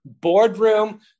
boardroom